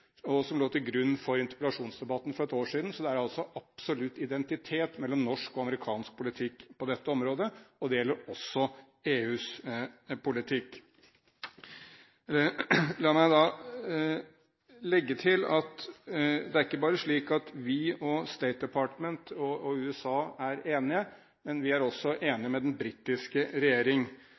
og som lå til grunn for interpellasjonsdebatten for et år siden. Så det er absolutt identitet mellom norsk og amerikansk politikk på dette området. Det gjelder også EUs politikk. La meg legge til at det er ikke bare slik at vi og State Department og USA er enige, vi er også enige med den britiske regjering.